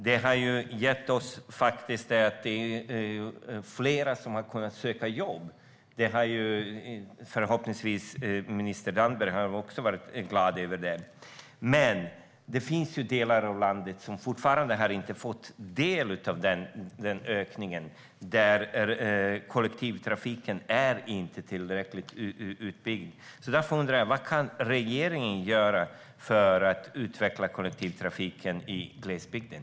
Detta har inneburit att fler har kunnat söka jobb, vilket minister Damberg förhoppningsvis också är glad över. Men det finns delar av landet som fortfarande inte har fått del av denna ökning och där kollektivtrafiken inte är tillräckligt utbyggd. Jag undrar därför: Vad kan regeringen göra för att utveckla kollektivtrafiken i glesbygden?